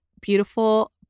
beautiful